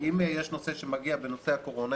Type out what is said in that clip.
אם יש נושא שמגיע בנושא הקורונה,